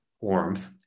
warmth